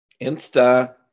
Insta